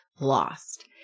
lost